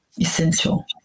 essential